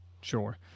Sure